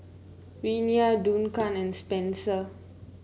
Renea Duncan and Spenser